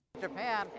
Japan